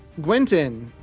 Gwenton